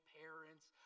parents